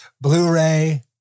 Blu-ray